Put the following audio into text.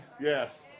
Yes